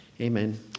Amen